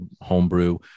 homebrew